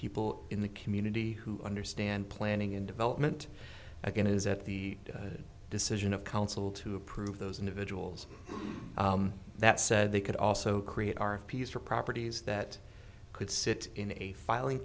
people in the community who understand planning and development again is at the decision of council to approve those individuals that said they could also create our piece for properties that could sit in a filing